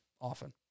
often